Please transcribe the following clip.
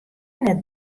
net